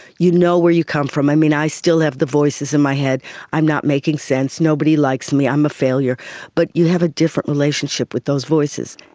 you know where you come from. i mean, i still have the voices in my head i'm not making sense, nobody likes me, i'm a failure but you have a different relationship with those voices.